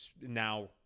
now